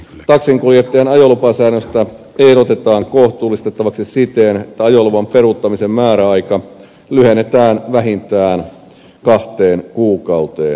taksinkuljettajan ajolupasäännöstä ehdotetaan kohtuullistettavaksi siten että ajoluvan peruuttamisen määräaika lyhennetään vähintään kahteen kuukauteen